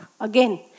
Again